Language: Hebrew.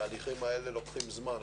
התהליכים האלה לוקחים זמן.